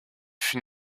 fut